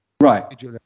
Right